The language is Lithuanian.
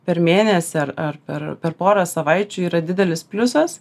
per mėnesį ar ar per per porą savaičių yra didelis pliusas